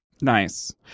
Nice